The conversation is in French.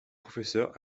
professeur